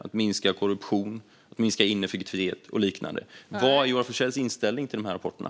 Det handlar också om att minska korruption, ineffektivitet och liknande. Vad är Joar Forssells inställning till de rapporterna?